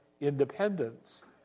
independence